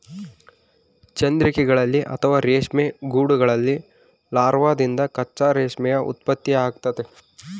ಚಂದ್ರಿಕೆಗಳಲ್ಲಿ ಅಥವಾ ರೇಷ್ಮೆ ಗೂಡುಗಳಲ್ಲಿ ಲಾರ್ವಾದಿಂದ ಕಚ್ಚಾ ರೇಷ್ಮೆಯ ಉತ್ಪತ್ತಿಯಾಗ್ತತೆ